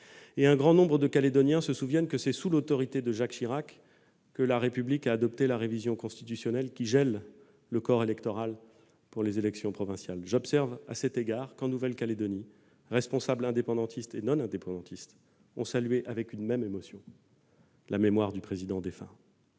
Un grand nombre de Calédoniens se souviennent que c'est sous l'autorité du même Jacques Chirac que la République a adopté la révision constitutionnelle gelant le corps électoral pour les élections provinciales. Au reste, j'observe que responsables indépendantistes et non indépendantistes ont salué avec une même émotion la mémoire du président défunt.